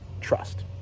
trust